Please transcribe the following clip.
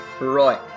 Roy